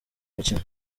mikino